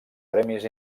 premis